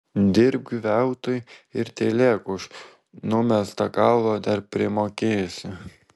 dirbk veltui ir tylėk už numestą kaulą dar primokėsi